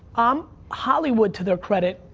um hollywood, to their credit,